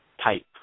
type